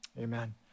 amen